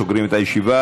ואנחנו סוגרים את הישיבה.